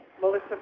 Melissa